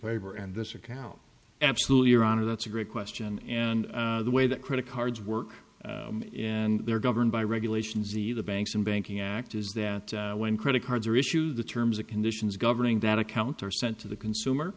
paper and this account absolutely your honor that's a great question and the way that credit cards work and they're governed by regulations either banks and banking act is that when credit cards are issued the terms and conditions governing that account are sent to the consumer